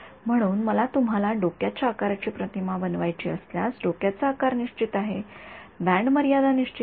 म्हणून मला तुम्हाला डोक्याच्या आकाराची प्रतिमा बनवायची असल्यास डोक्याचा आकार निश्चित आहे बँड मर्यादा निश्चित आहे